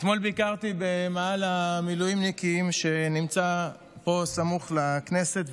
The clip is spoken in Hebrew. אתמול ביקרתי במאהל המילואימניקים שנמצא פה סמוך לכנסת,